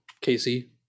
Casey